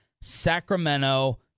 Sacramento